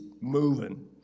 moving